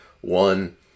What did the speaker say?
One